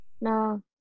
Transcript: No